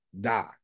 die